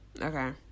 Okay